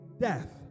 death